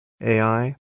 AI